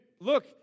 Look